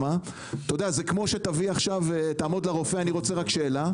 זה כמו שתגיד לרופא: אני רוצה רק שאלה,